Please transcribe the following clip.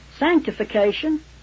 Sanctification